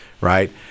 right